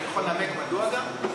אני יכול לנמק מדוע גם?